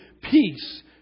peace